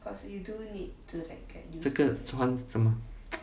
这个穿是吗